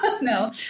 no